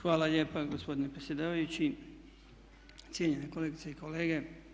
Hvala lijepa gospodine predsjedavajući, cijenjene kolegice i kolege.